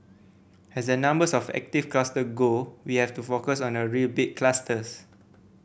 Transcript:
has the numbers of active cluster go we have to focus on the real big clusters